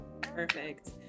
Perfect